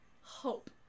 Hope